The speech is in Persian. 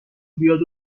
بیاد